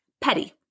petty